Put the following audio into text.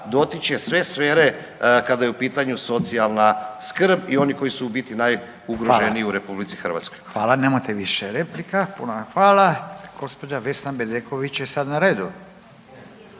dotiče sve sfere kada je u pitanju socijalna skrb i oni koji su u biti najugroženiji …/Upadica: Hvala./… u RH. **Radin, Furio (Nezavisni)** Hvala, nemate više replika, hvala. Gospođa Vesna Bedeković je sad na redu.